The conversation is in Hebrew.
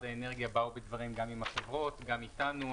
האנרגיה באו בדברים גם עם החברות וגם איתנו.